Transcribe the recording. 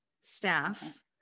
staff